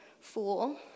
fool